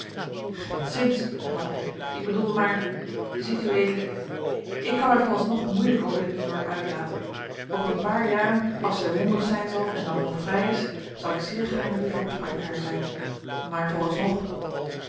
geenszins hervatte hij ik bedoelde maar ziet ued ik kan mij vooralsnog moeielijk over dit onderwerp uitlaten over een paar jaren als zij mondig zijn zal en dan nog vrij is zal ik zeer gaarne uw voorspraak bij haar zijn maar vooralsnog